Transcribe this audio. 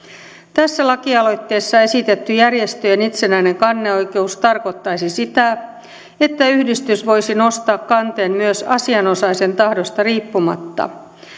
tässä lakialoitteessa esitetty järjestöjen itsenäinen kanneoikeus tarkoittaisi sitä että yhdistys voisi nostaa kanteen myös asianosaisen tahdosta riippumatta